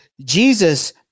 Jesus